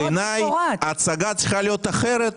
בעיניי ההצגה צריכה להיות אחרת.